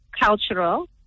cultural